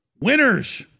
Winners